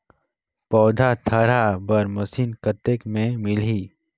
पौधा थरहा बर मशीन कतेक मे मिलही?